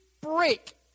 break